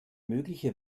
mögliche